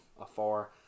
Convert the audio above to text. afar